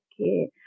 okay